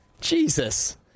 Jesus